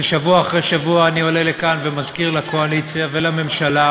ששבוע אחרי שבוע אני עולה לכאן ומזכיר לקואליציה ולממשלה,